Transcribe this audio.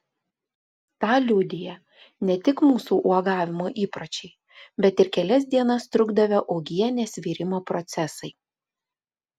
tą liudija ne tik mūsų uogavimo įpročiai bet ir kelias dienas trukdavę uogienės virimo procesai